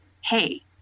Hey